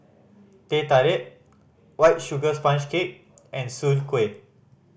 Teh Tarik White Sugar Sponge Cake and soon kway